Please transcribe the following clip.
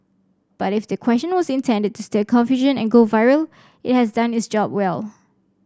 but if the question was intended to stir confusion and go viral it has done its job well